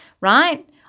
right